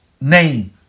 name